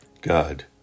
God